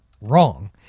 Wrong